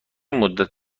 مدت